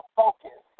focus